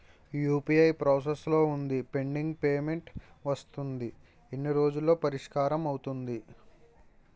UPI process లో వుంది pending payment వస్తుంది ఎన్ని రోజుల్లో పరిష్కారం అవుతుంది